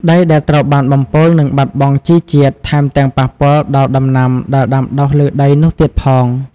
ដីដែលត្រូវបានបំពុលនឹងបាត់បង់ជីជាតិ ថែមទាំងប៉ះពាល់ដល់ដំណាំដែលដាំដុះលើដីនោះទៀតផង។